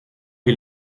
che